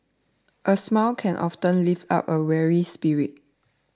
a smile can often lift up a weary spirit